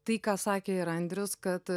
tai ką sakė ir andrius kad